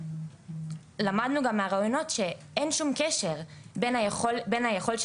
למדנו גם מהראיונות שאין שום קשר בין היכולת של